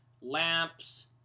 lamps